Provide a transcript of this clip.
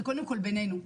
זה קודם כל בינינו.